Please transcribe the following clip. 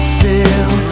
feel